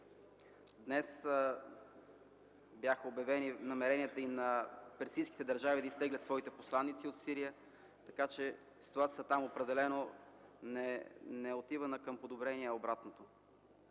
Днес бяха обявени и намеренията на персийските държави да изтеглят своите посланици от Сирия, така че ситуацията там определено не отива към подобрение, а обратното.